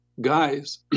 guys